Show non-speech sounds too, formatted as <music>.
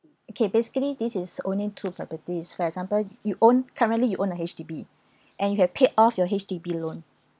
okay basically this is only two properties for example you own currently you own a H_D_B <breath> and you have paid off your H_D_B loan